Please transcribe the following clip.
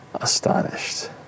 astonished